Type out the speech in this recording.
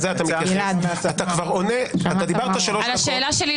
אתה דיברת שלוש דקות,